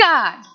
God